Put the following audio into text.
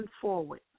forward